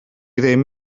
ddim